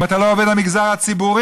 אם אתה לא עובד המגזר הציבורי,